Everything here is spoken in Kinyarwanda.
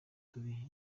turi